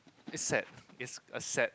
it's sad it's a sad